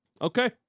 Okay